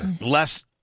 less